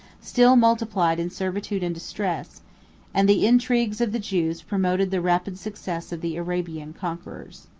still multiplied in servitude and distress and the intrigues of the jews promoted the rapid success of the arabian conquerors.